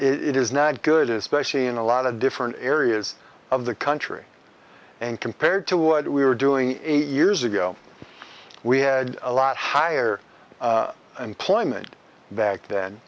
it is not good especially in a lot of different areas of the country and compared to what we were doing eight years ago we had a lot higher and climate back then